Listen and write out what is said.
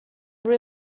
روی